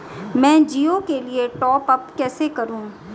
मैं जिओ के लिए टॉप अप कैसे करूँ?